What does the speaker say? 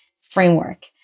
framework